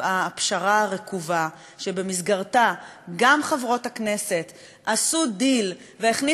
שבמסגרתה גם חברות הכנסת עשו דיל והכניסו פנימה את הנשים האורתודוקסיות,